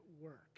work